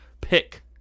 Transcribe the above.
pick